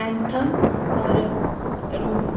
anthem होर रोम